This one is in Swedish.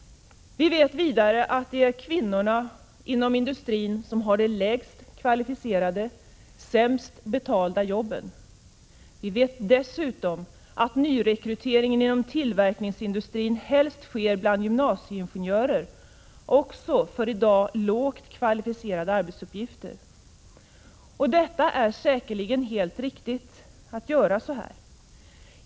Vi vet vidare att det är kvinnorna inom industrin som har de lägst kvalificerade, sämst betalda jobben. Vi vet dessutom att nyrekryteringen inom tillverkningsindustrin helst sker bland gymnasieingenjörer — också för i dag lågt kvalificerade arbetsuppgifter. Det är säkerligen helt riktigt att göra så.